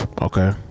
Okay